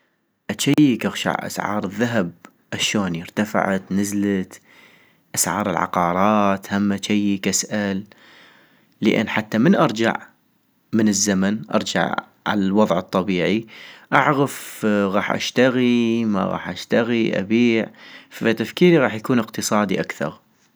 اجيك اغشع اسعار الذهب اشوني ارتفعت نزلت؟ اسعار العقارات هم اجيك اسأل ؟، لان حتى من ارجع من الزمن ، ارجع عالوضع الطبيعي ، اعغف غاح اشتغي ما غاح اشتغي ابيع ؟، -فتفكيري غاح يكون اقتصادي اكثغ